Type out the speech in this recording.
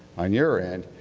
on your end,